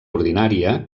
ordinària